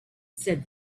said